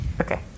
Okay